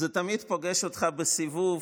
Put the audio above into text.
זה תמיד פוגש אותך בסיבוב,